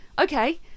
okay